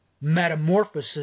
metamorphosis